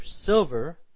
silver